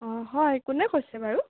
অঁ হয় কোনে কৈছে বাৰু